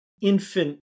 infant